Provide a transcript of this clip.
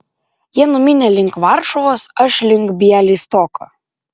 jie numynė link varšuvos aš link bialystoko